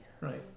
Right